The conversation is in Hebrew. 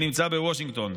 שנמצא בוושינגטון.